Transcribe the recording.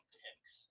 picks